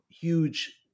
huge